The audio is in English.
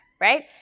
right